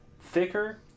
thicker